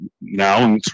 now